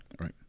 right